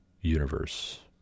universe